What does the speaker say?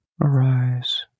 arise